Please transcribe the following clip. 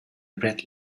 red